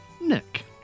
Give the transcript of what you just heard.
Nick